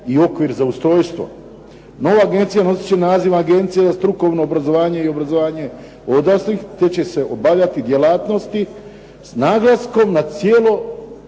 i okvir za ustrojstvo. Nova agencija nosit će naziv Agencija za strukovno obrazovanje i obrazovanje odraslih, te će se obavljati djelatnosti s naglaskom na cijelo